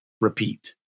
repeat